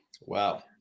Wow